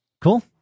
Cool